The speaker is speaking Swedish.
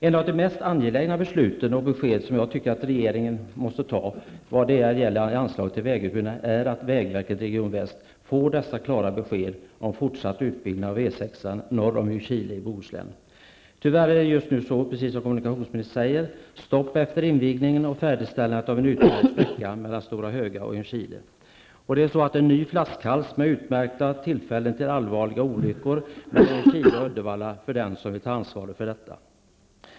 Ett av de mest angelägna besluten som regeringen måste fatta i samband med anslag till vägutbyggnad är att vägverket i region väst får klara besked om fortsatt utbyggnad av E 6-an norr om Ljungskile i Precis som kommunikationsministern sade är det just nu tyvärr stopp efter invigningen och färdigställandet av utbyggnaden av sträckan mellan Stora Höga och Ljungskile. Det har därför uppstått en ny flaskhals med rikliga möjligheter till olyckor mellan Ljungskile och Uddevalla -- för den som känner sig manad att ta det ansvaret.